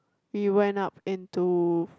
you went up into